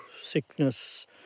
sickness